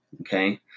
okay